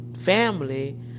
Family